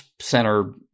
center